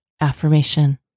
Affirmation